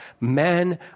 men